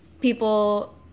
People